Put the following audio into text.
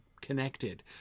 connected